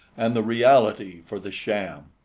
and the reality for the sham.